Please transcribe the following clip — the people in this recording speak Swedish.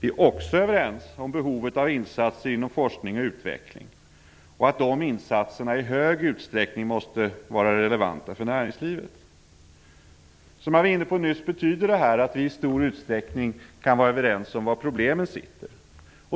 Vi är också överens om behovet av insatser inom forskning och utveckling och att de insatserna i hög utsträckning måste vara relevanta för näringslivet. Som jag var inne på nyss, betyder det här att vi i stor utsträckning kan vara överens om var problemen finns.